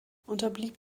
unterblieb